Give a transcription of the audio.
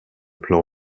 plan